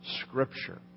Scripture